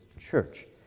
church